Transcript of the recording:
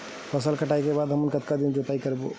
फसल कटाई के बाद हमन कतका दिन जोताई करबो?